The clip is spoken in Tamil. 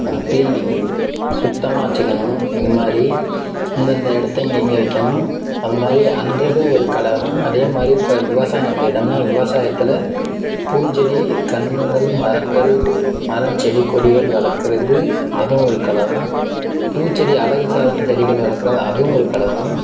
க்ளீனிங் சுத்தமாக வச்சிக்கணும் இந்தமாதிரி இந்தந்த இடத்த இங்கங்கே வைக்கணும் அதுமாதிரி அந்த இதுவும் ஒரு கலை தான் அதேமாதிரி இப்போ விவசாயம் எடுத்துக்கிட்டோம்னால் விவசாயத்தில் பூஞ்செடி கன்றுகள் மரங்கள் மரம் செடி கொடிகள் வளர்க்குறது அதுவும் ஒரு கலை தான் பூச்செடி அழகுச்சாதன செடிகள் வளர்க்குறதும் அதுவும் ஒரு கலை தான்